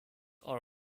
are